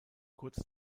kurz